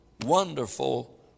wonderful